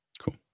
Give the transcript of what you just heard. cool